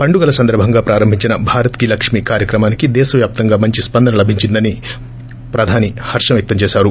పండుగల సందర్బంగా ప్రారంభించిన భారత్ కీ లక్ష్మీ కార్యక్రమానికి దేశ వ్యాప్తంగా మంచి ్స్పందన లభించిందని హర్షం వ్యక్తం చేశారు